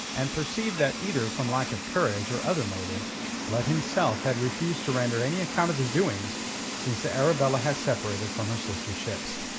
and perceived that either from lack of courage or other motive blood, himself, had refused to render any account of his doings since the arabella had separated from her sister ships.